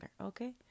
okay